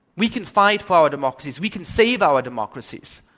we can fight for our democracies. we can save our democracies.